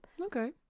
Okay